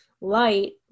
light